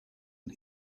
and